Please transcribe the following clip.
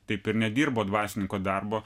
taip ir nedirbo dvasininko darbo